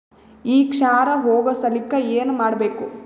ಈ ಕ್ಷಾರ ಹೋಗಸಲಿಕ್ಕ ಏನ ಮಾಡಬೇಕು?